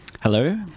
Hello